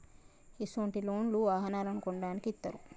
ఇసొంటి లోన్లు వాహనాలను కొనడానికి ఇత్తారు